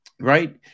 right